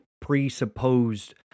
presupposed